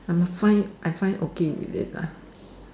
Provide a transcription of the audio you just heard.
I'm fine I find okay with it lah